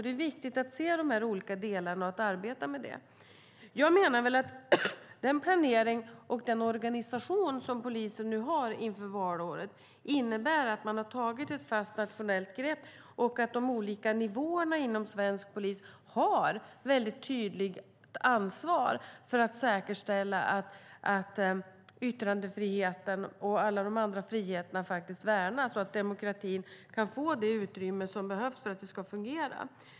Det är viktigt att se dessa olika delar och att arbeta med det. Jag menar att den planering och den organisation som polisen nu har inför valåret innebär att man har tagit ett fast nationellt grepp och att de olika nivåerna inom svensk polis har ett tydligt ansvar för att säkerställa att yttrandefriheten och alla de andra friheterna värnas och att demokratin kan få det utrymme som behövs för att det ska fungera.